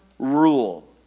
rule